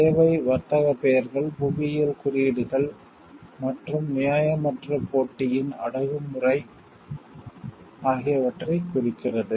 சேவை வர்த்தக பெயர்கள் புவியியல் குறியீடுகள் மற்றும் நியாயமற்ற போட்டியின் அடக்குமுறை ஆகியவற்றைக் குறிக்கிறது